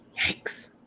Yikes